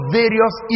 various